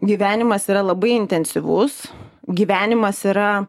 gyvenimas yra labai intensyvus gyvenimas yra